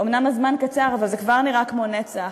אומנם הזמן קצר, אבל זה כבר נראה כמו נצח,